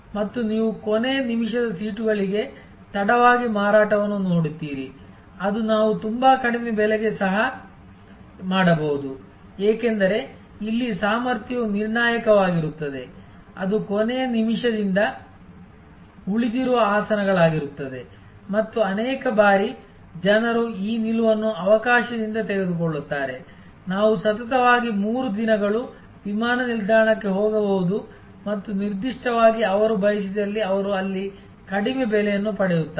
ಮತ್ತೆ ನೀವು ಕೊನೆಯ ನಿಮಿಷದ ಸೀಟುಗಳಿಗೆ ತಡವಾಗಿ ಮಾರಾಟವನ್ನು ನೋಡುತ್ತೀರಿ ಅದು ನಾವು ತುಂಬಾ ಕಡಿಮೆ ಬೆಲೆಗೆ ಸಹ ಮಾಡಬಹುದು ಏಕೆಂದರೆ ಇಲ್ಲಿ ಸಾಮರ್ಥ್ಯವು ನಿರ್ಣಾಯಕವಾಗಿರುತ್ತದೆ ಅದು ಕೊನೆಯ ನಿಮಿಷದಿಂದ ಉಳಿದಿರುವ ಆಸನಗಳಾಗಿರುತ್ತದೆ ಮತ್ತು ಅನೇಕ ಬಾರಿ ಜನರು ಈ ನಿಲುವನ್ನು ಅವಕಾಶದಿಂದ ತೆಗೆದುಕೊಳ್ಳುತ್ತಾರೆ ನಾವು ಸತತವಾಗಿ 3 ದಿನಗಳು ವಿಮಾನ ನಿಲ್ದಾಣಕ್ಕೆ ಹೋಗಬಹುದು ಮತ್ತು ನಿರ್ದಿಷ್ಟವಾಗಿ ಅವರು ಬಯಸಿದಲ್ಲಿ ಅವರು ಅಲ್ಲಿ ಕಡಿಮೆ ಬೆಲೆಯನ್ನು ಪಡೆಯುತ್ತಾರೆ